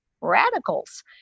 radicals